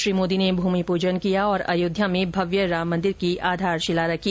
श्री मोदी ने भूमि पूजन किया और अयोध्या में भव्य राम मंदिर की आधारशिला रखी